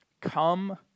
come